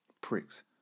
Pricks